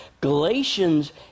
Galatians